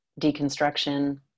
deconstruction